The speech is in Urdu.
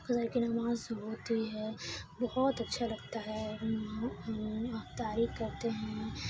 فجر کی نماز ہوتی ہے بہت اچھا لگتا ہے افطاری کرتے ہیں